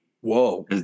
Whoa